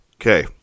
Okay